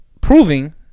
Proving